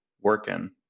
working